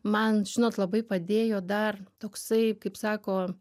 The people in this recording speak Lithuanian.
man žinot labai padėjo dar toksai kaip sako